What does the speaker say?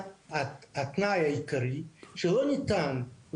נישאר עם תחנת המחזור בינתיים, זה הנושא.